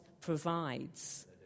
provides